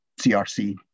CRC